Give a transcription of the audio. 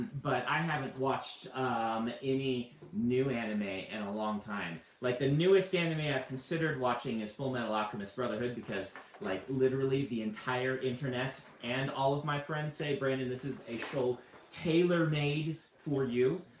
but i haven't watched any new anime in and a long time. like the newest anime i considered watching is full metal alchemist brotherhood, because like literally, the entire internet and all of my friends say, brandon, this is a show tailor made for you.